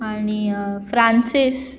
आणी फ्रांसीस